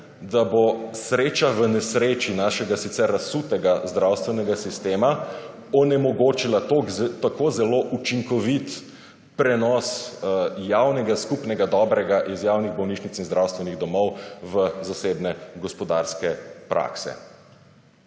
da bo sreča v nesreči našega sicer razsutega zdravstvenega sistema onemogočila tako zelo učinkovit prenos javnega skupnega dobrega iz javnih bolnišnic in zdravstvenih domov v zasebne gospodarske prakse,